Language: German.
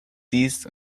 siehst